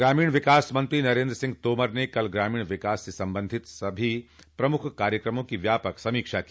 ग्रामीण विकास मंत्री नरेन्द्र सिंह तोमर ने कल ग्रामीण विकास से संबंधित सभी प्रमुख कार्यक्रमों की व्यापक समीक्षा की